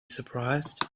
surprised